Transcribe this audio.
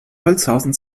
holzhausen